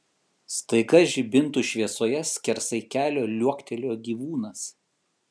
staiga žibintų šviesoje skersai kelio liuoktelėjo gyvūnas